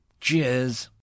Cheers